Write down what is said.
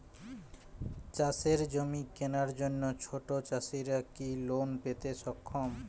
চাষের জমি কেনার জন্য ছোট চাষীরা কি লোন পেতে সক্ষম?